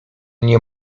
nie